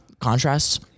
contrasts